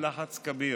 תחת לחץ כביר.